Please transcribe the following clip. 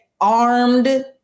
armed